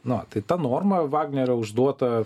na tai ta norma vagnerio užduota